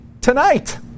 tonight